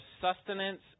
sustenance